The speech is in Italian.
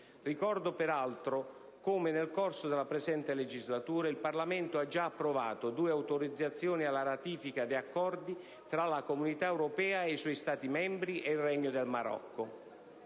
Ricordo peraltro come, nel corso della presente legislatura, il Parlamento abbia già approvato due autorizzazioni alla ratifica di Accordi tra la Comunità europea e i suoi Stati membri e il Regno del Marocco,